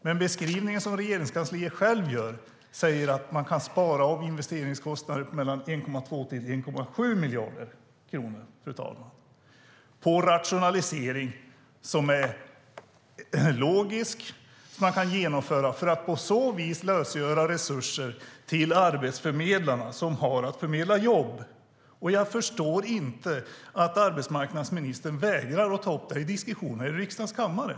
Men enligt beskrivningen som kommer från Regeringskansliet kan man spara investeringskostnader på 1,2-1,7 miljarder kronor på en rationalisering som är logisk och som man kan genomföra för att på så vis lösgöra resurser till arbetsförmedlarna som har att förmedla jobb. Jag förstår inte att arbetsmarknadsministern vägrar att ta upp detta till diskussion i riksdagens kammare.